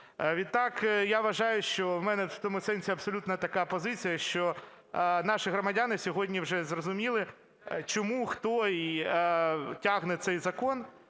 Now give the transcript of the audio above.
Відтак, я вважаю, що в мене в цьому сенсі абсолютно така позиція, що наші громадяни сьогодні вже зрозуміли, чому, хто тягне цей закон